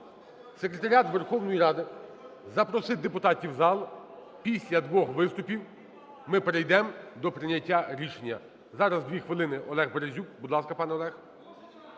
Секретаріату Верховної Ради запросити депутатів в зал. Після двох виступів ми перейдемо до прийняття рішення. Зараз 2 хвилини Олег Березюк.